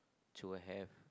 to have